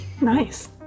Nice